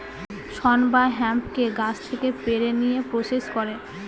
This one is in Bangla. শন বা হেম্পকে গাছ থেকে পেড়ে নিয়ে প্রসেস করে